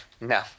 no